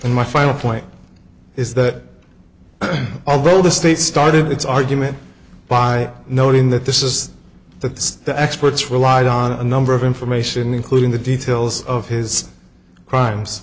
in my final point is that although the state started its argument by noting that this is that the experts relied on a number of information including the details of his crimes